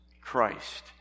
Christ